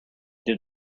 did